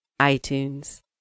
iTunes